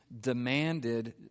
demanded